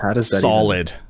solid